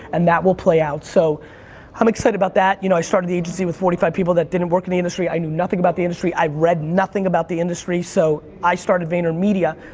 and that will play out. so i'm excited about that. you know i started the agency with forty five people that didn't work in the industry. i knew nothing about the industry. i'd read nothing about the industry so i started vaynermedia.